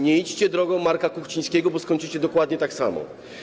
Nie idźcie drogą Marka Kuchcińskiego, bo skończycie dokładnie tak samo.